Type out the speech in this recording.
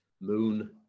Moon